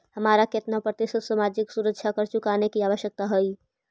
हमारा केतना प्रतिशत सामाजिक सुरक्षा कर चुकाने की आवश्यकता हई